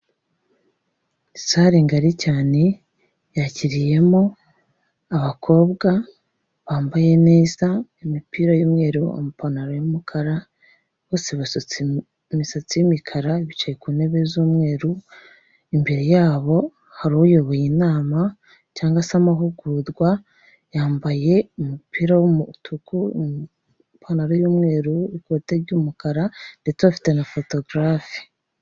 Sale ngari cyane, yakiriyemo abakobwa bambaye neza, imipira y'umweru, amapantaro y'umukara, bose basutse imisatsi y'imikara, bicaye ku ntebe z'umweru, imbere yabo hari uyoboye inama cyangwa se amahugurwa yambaye umupira w'umutuku, ipantaro y'umweru, ikote ry'umukara ndetse afite na fotogarafi.